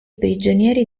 prigionieri